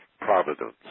providence